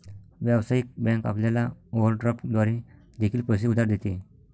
व्यावसायिक बँक आपल्याला ओव्हरड्राफ्ट द्वारे देखील पैसे उधार देते